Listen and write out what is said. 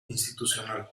institucional